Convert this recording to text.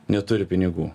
neturi pinigų